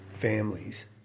families